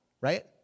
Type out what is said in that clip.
right